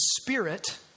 spirit